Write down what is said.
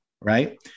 Right